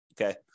Okay